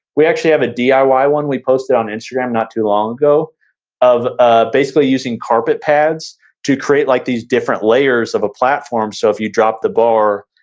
we actually have a diy ah one we posted on instagram not too long ago of ah basically using carpet pads to create like these different layers of a platform, so if you drop the bar,